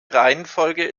reihenfolge